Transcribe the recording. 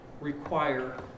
require